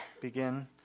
begin